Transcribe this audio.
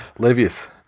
Levius